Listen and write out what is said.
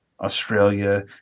australia